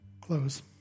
close